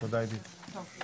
הישיבה ננעלה בשעה 16:18.